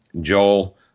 Joel